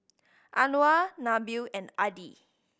Anuar Nabil and Adi